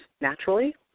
naturally